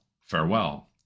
Farewell